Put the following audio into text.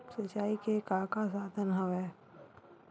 सिंचाई के का का साधन हवय?